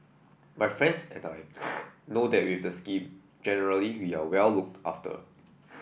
my friends and I know that with the scheme generally we are well looked after